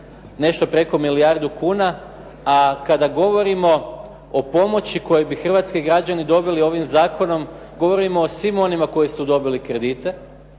nešto preko milijardu kuna, a kada govorimo o pomoći koju bi hrvatski građani dobili ovim zakonom, govorimo o svima onima koji su dobili kredite